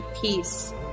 peace